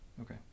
okay